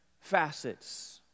facets